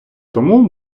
тому